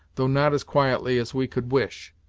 though not as quietly as we could wish.